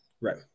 Right